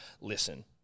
listen